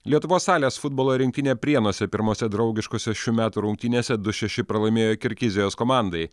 lietuvos salės futbolo rinktinė prienuose pirmose draugiškose šių metų rungtynėse du šeši pralaimėjo kirgizijos komandai